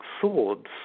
swords